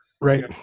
right